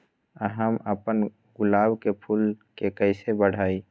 हम अपना गुलाब के फूल के कईसे बढ़ाई?